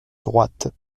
droite